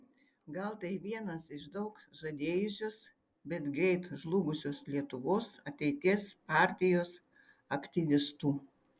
gal tai vienas iš daug žadėjusios bet greit žlugusios lietuvos ateities partijos aktyvistų